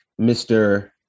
Mr